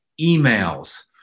emails